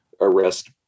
arrest